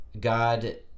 God